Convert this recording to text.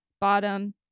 bottom